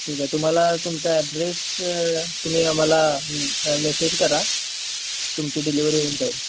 ठीक आहे तुम्हाला तुमचा ॲड्रेस तुम्ही आम्हाला मेसेज करा तुमची डिलिवरी होऊन जाईल